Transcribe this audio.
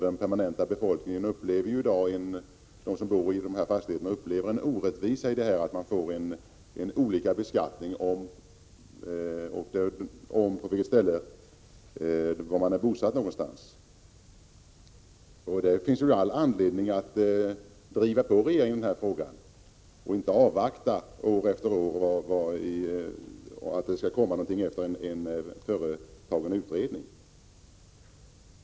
De som bor i dessa fastigheter permanent upplever en orättvisa i att beskattningen är olika beroende på var man är bosatt någonstans. Det finns all anledning att driva på regeringen i den här frågan och inte år efter år avvakta resultaten av någon företagen utredning.